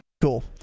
cool